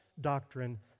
doctrine